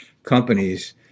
companies